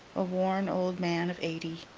a worn old man of eighty.